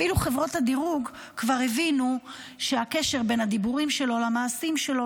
אפילו חברות הדירוג כבר הבינו שהקשר בין הדיבורים שלו למעשים שלו,